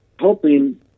hoping